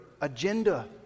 agenda